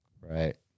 Right